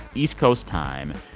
east coast time.